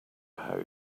how